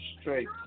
Straight